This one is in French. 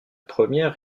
première